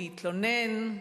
להתלונן,